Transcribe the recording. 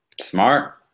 Smart